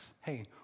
Hey